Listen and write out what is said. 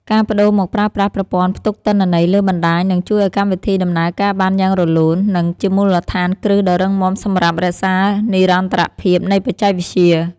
ការប្តូរមកប្រើប្រាស់ប្រព័ន្ធផ្ទុកទិន្នន័យលើបណ្តាញនឹងជួយឱ្យកម្មវិធីដំណើរការបានយ៉ាងរលូន និង ជាមូលដ្ឋានគ្រឹះដ៏រឹងមាំសម្រាប់រក្សានិរន្តរភាពនៃបច្ចេកវិទ្យា។